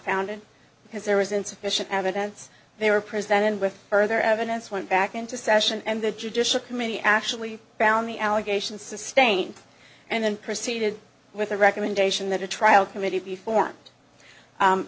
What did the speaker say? founded because there was insufficient evidence they were presented with further evidence went back into session and the judicial committee actually found the allegations sustained and then proceeded with a recommendation that a trial committee be for